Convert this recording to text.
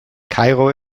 kairo